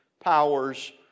powers